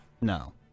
No